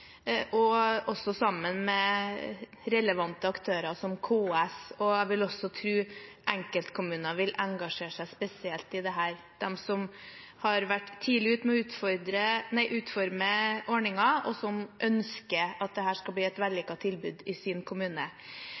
sammen med relevante aktører som KS. Jeg vil også tro at enkeltkommuner – de som har vært tidlige ute med å utforme ordningen og ønsker at dette skal bli et vellykket tilbud i